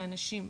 לאנשים חולים.